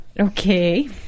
Okay